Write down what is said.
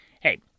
Hey